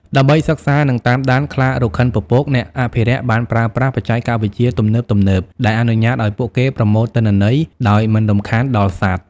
ដើម្បីសិក្សា និងតាមដានខ្លារខិនពពក អ្នកអភិរក្សបានប្រើប្រាស់ បច្ចេកវិទ្យាទំនើបៗ ដែលអនុញ្ញាតឲ្យពួកគេប្រមូលទិន្នន័យដោយមិនរំខានដល់សត្វ។